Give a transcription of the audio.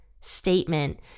statement